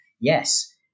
yes